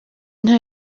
nta